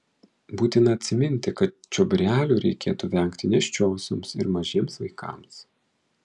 būtina atsiminti kad čiobrelių reikėtų vengti nėščiosioms ir mažiems vaikams